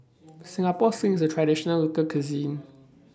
Singapore Sling IS A Traditional Local Cuisine